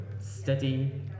steady